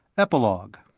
epilogue